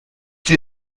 sie